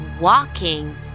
walking